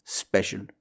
special